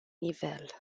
nivel